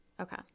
Okay